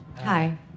Hi